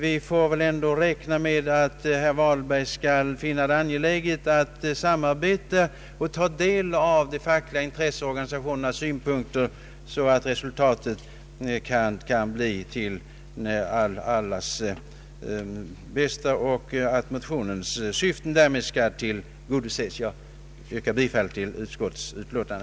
Vi får väl ändå räkna med att herr Vahlberg skall finna det angeläget att ta del av de fackliga intresseorganisationernas synpunkter och samarbeta med de fackliga organisationerna på ett sådant sätt att resultatet kan bli till allas bästa och motionens syfte därmed tillgodoses. Jag yrkar, herr talman, bifall till utskottets utlåtande.